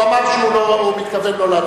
התש"ע 2010, נתקבלה.